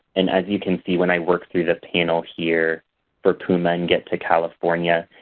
and as you can see, when i work through the panel here for puma and get to california,